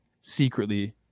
secretly